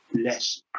less